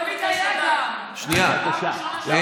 תמיד היה גם, זו